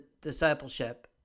discipleship